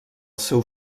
seu